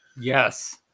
Yes